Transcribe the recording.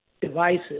devices